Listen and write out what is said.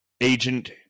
Agent